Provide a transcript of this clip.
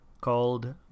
called